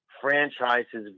franchise's